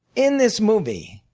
in this movie,